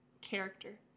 character